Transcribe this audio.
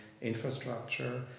infrastructure